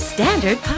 Standard